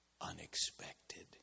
unexpected